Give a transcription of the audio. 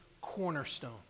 cornerstone